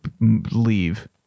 leave